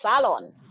salon